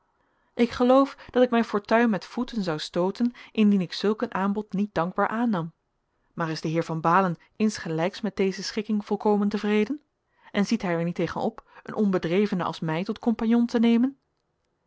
ik geloof dat ik mijn fortuin met voeten zou stooten indien ik zulk een aanbod niet dankbaar aannam maar is de heer van baalen insgelijks met deze schikking volkomen tevreden en ziet hij er niet tegen op een onbedrevene als mij tot compagnon te nemen